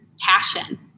passion